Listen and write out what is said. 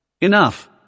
Enough